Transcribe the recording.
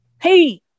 Hey